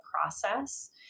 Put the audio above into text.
process